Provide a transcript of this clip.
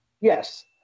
Yes